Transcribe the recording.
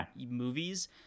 movies